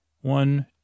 One